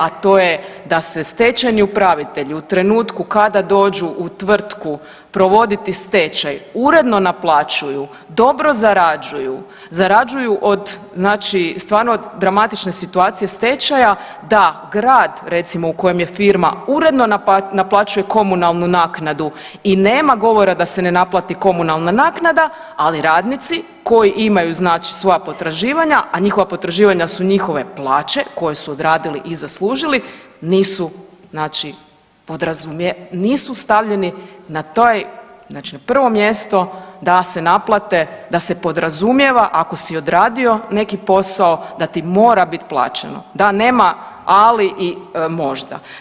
A to je da se stečajni upravitelji u trenutku kad dođu u tvrtku provoditi stečaj uredno naplaćuju, dobro zarađuju, zarađuju od, znači stvarno dramatične situacije stečaja da grad recimo u kojem je firma uredno naplaćuje komunalnu naknadu i nema govora da se ne naplati komunalna naknada, ali radnici koji imaju znači svoja potraživanja, a njihova potraživanja su njihove plaće koje su odradili i zaslužili nisu znači, nisu stavljeni na toj, znači na prvo mjesto da se naplate da se podrazumijeva ako si odradio neki posao da ti mora biti plaćeno, da nema ali i možda.